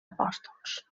apòstols